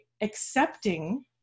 accepting